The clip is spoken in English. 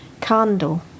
candle